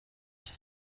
iki